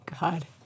God